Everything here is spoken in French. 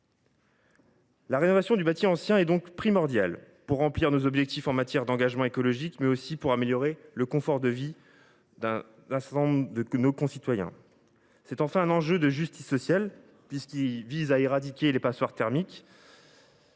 La rénovation du bâti ancien est donc primordiale pour remplir nos objectifs en matière d’engagement écologique, mais aussi pour améliorer le confort de vie d’un certain nombre de nos concitoyens. Il s’agit enfin d’un enjeu de justice sociale : éradiquer les passoires thermiques